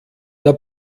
der